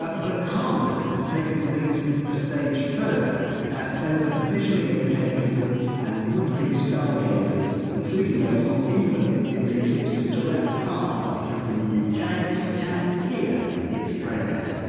but but harvard has taken things a stage further so that visually-impaired people and would be stargazers, including those not even in the eclipse's direct path, like us in the uk, can can hear its progress.